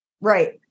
Right